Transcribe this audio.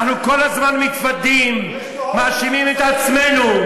אנחנו כל הזמן מתוודים, מאשימים את עצמנו.